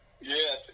Yes